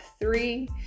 three